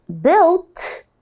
built